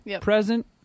present